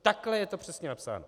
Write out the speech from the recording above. Takhle je to přesně napsáno.